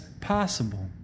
possible